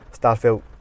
Starfield